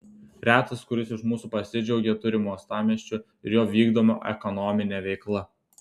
retas kuris iš mūsų pasidžiaugia turimu uostamiesčiu ir jo vykdoma ekonomine veikla